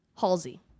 Halsey